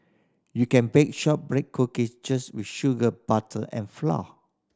you can bake shortbread cookies just with sugar butter and flour